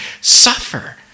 suffer